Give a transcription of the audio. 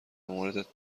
موردت